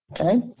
Okay